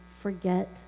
forget